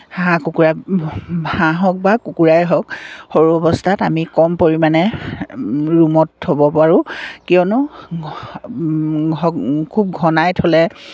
হাঁহ কুকুৰা হাঁহ হওক বা কুকুৰাই হওক সৰু অৱস্থাত আমি কম পৰিমাণে ৰূমত থ'ব পাৰোঁ কিয়নো খুব ঘনাই থ'লে